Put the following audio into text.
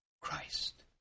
Christ